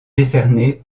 décernée